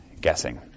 Guessing